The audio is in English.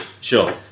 Sure